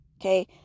okay